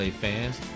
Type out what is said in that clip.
fans